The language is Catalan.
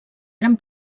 eren